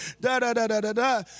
da-da-da-da-da-da